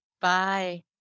Bye